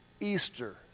Easter